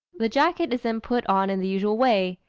the jacket is then put on in the usual way,